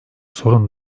sorun